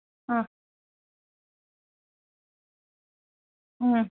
हा